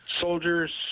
soldiers